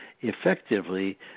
effectively